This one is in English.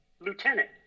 lieutenant